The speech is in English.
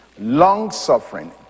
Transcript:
long-suffering